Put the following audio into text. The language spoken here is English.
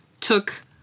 took